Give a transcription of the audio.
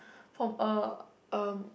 from a uh